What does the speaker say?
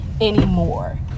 anymore